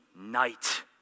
night